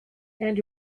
and